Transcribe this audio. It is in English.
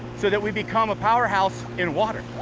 so that we become a powerhouse in water.